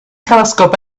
telescope